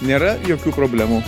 nėra jokių problemų